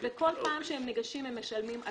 וכל פעם שהם ניגשים הם משלמים אגרה.